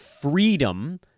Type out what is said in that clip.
freedom